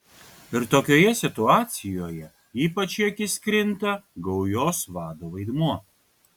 ir tokioje situacijoje ypač į akis krinta gaujos vado vaidmuo